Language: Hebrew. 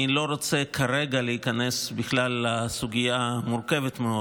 אני לא רוצה כרגע להיכנס בכלל לסוגיה המורכבת מאוד,